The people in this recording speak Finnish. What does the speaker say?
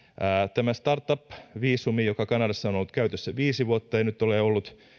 tämä startup viisumi joka kanadassa on ollut käytössä viisi vuotta ei nyt ole ollut